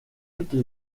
toutes